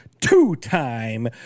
two-time